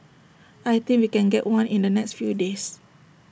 I think we can get one in the next few days